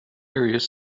areas